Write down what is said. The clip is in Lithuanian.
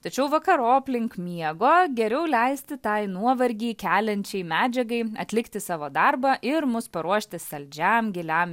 tačiau vakarop link miego geriau leisti tai nuovargį keliančiai medžiagai atlikti savo darbą ir mus paruošti saldžiam giliam